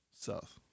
South